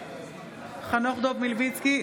חנוך דב מלביצקי,